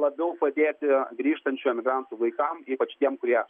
labiau padėti grįžtančių emigrantų vaikam ypač tiems kurie